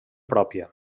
pròpia